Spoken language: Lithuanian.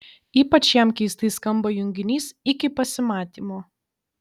ypač jam keistai skamba junginys iki pasimatymo